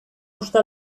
uste